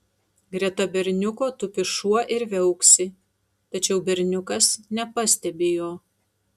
greta berniuko tupi šuo ir viauksi tačiau berniukas nepastebi jo